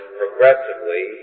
progressively